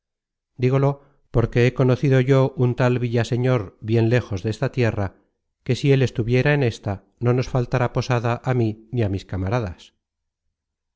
dígolo porque he conocido yo un tal villaseñor bien lejos desta tierra que si él estuviera en ésta no nos faltara posada á mí ni á mis camaradas